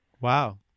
Wow